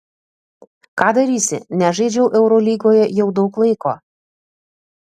ką darysi nežaidžiau eurolygoje jau daug laiko